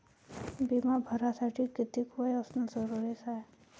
बिमा भरासाठी किती वय असनं जरुरीच हाय?